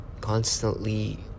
constantly